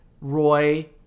Roy